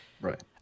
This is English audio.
Right